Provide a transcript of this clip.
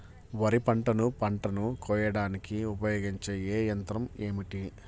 వరిపంటను పంటను కోయడానికి ఉపయోగించే ఏ యంత్రం ఏమిటి?